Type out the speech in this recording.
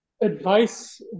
advice